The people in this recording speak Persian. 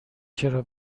چرا